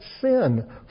sin